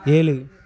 ஏழு